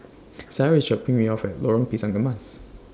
Sara IS dropping Me off At Lorong Pisang Emas